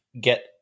get